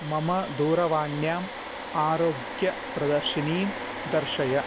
मम दूरवाण्याम् आरोग्यप्रदर्शिनीं दर्शय